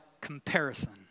comparison